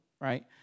right